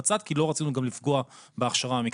בצד כי לא רצינו לפגוע בהכשרה המקצועית.